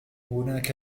هناك